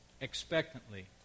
expectantly